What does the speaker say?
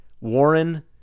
warren